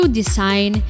design